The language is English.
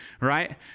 right